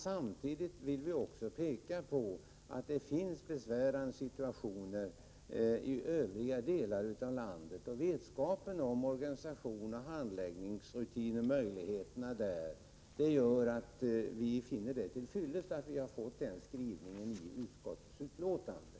Samtidigt vill vi peka på att det finns besvärliga situationer i många delar av landet. Vetskapen om möjligheterna att inom ramen för arbetsmarknadspolitiken snabbt vidtaga åtgärder för att förhindra arbetslöshet gör att vi finner det vara till fyllest att vi har fått den aktuella skrivningen i utskottsbetänkandet.